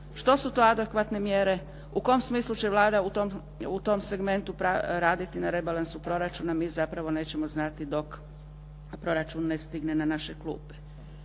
Što su to adekvatne mjere? U kom smislu će Vlada u tom segmentu raditi na rebalansu proračuna mi zapravo nećemo znati dok proračun ne stigne na naše klupe.